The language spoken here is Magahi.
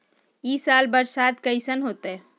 ई साल बरसात कैसन होतय?